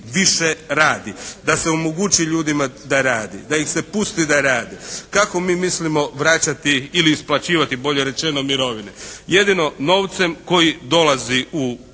više radi. Da se omogući ljudima da rade. Da ih se pusti da rade. Kako mi mislimo vraćati ili isplaćivati bolje rečeno mirovine. Jedino novcem koji dolazi u